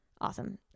awesome